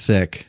Sick